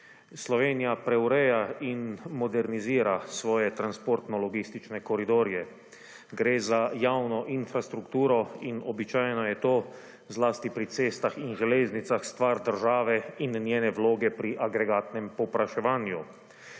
Slovenija preureja in modernizira svoje transportno-logistične koridorje. Gre za javno infrastrukturo in običajno je to zlasti pri cestah in železnicah stvar države in njene vloge pri agregatnem povpraševanju.